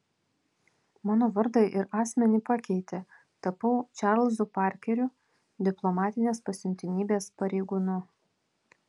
mano vardą ir asmenį pakeitė tapau čarlzu parkeriu diplomatinės pasiuntinybės pareigūnu